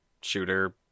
shooter